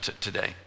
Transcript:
today